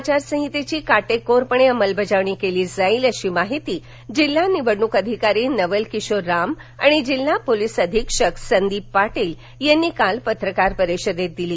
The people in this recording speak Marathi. आचारसंहितेची काटेकोरपणे अंमलबजावणी केली जाईल अशी माहिती जिल्हा निवडणूक अधिकारी नवल किशोर राम आणि जिल्हा पोलीस अधीक्षक संदीप पाटील यांनी काल पत्रकार परिषदेत दिली